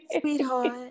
sweetheart